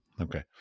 Okay